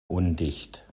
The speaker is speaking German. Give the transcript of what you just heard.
undicht